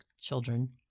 children